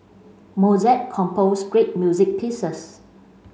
Mozart composed great music pieces